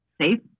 safe